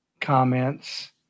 comments